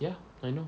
ya I know